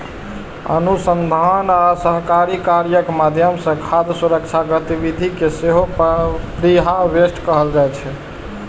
अनुसंधान आ सहकारी कार्यक माध्यम सं खाद्य सुरक्षा गतिविधि कें सेहो प्रीहार्वेस्ट कहल जाइ छै